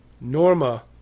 Norma